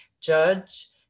judge